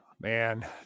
Man